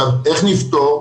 איך נפתור?